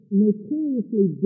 notoriously